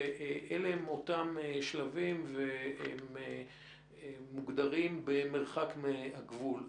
ואלה הם אותם שלבים והם מוגדרים במרחק מהגבול.